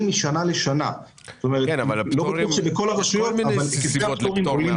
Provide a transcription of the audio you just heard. יש כל מיני סיבות לפטור.